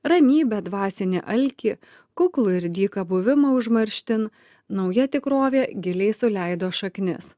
ramybę dvasinį alkį kuklų ir dyką buvimą užmarštin nauja tikrovė giliai suleido šaknis